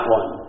one